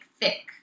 thick